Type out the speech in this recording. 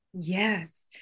yes